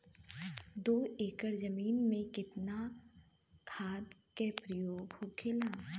दो एकड़ जमीन में कितना खाद के प्रयोग होखेला?